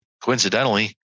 coincidentally